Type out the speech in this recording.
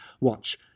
Watch